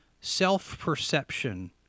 self-perception